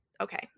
okay